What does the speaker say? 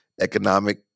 economic